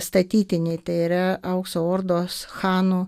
statytiniai tai yra aukso ordos chano